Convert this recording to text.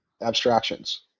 abstractions